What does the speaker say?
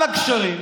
על הגשרים,